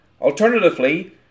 Alternatively